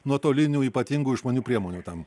nuotolinių ypatingų išmanių priemonių tam